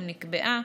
אם נקבעה,